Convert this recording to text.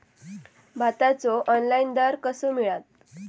भाताचो ऑनलाइन दर कसो मिळात?